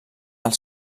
els